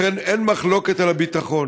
לכן, אין מחלוקת על הביטחון.